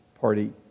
party